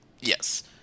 Yes